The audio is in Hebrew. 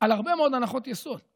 על הרבה מאוד הנחות יסוד.